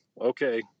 Okay